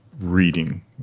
reading